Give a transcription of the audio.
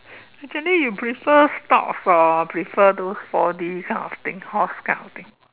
actually you prefer stocks or prefer those four D kind thing horse kind of thing